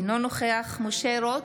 אינו נוכח משה רוט,